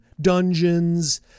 dungeons